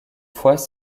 fois